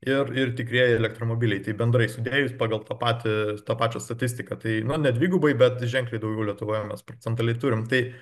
ir ir tikrieji elektromobiliai tai bendrai sudėjus pagal tą patį tą pačią statistiką tai nu ne dvigubai bet ženkliai daugiau lietuvoje mes procentaliai turim tai